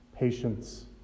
Patience